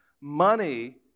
money